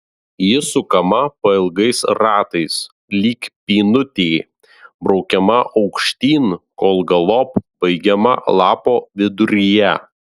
ji sukama pailgais ratais lyg pynutė braukiama aukštyn kol galop baigiama lapo viduryje